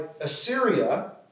Assyria